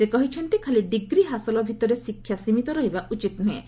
ସେ କହିଛନ୍ତି ଖାଲି ଡିଗ୍ରୀ ହାସଲ ଭିତରେ ଶିକ୍ଷା ସୀମିତ ରହିବା ଉଚିତ୍ ନୁହେଁ